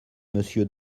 monsieur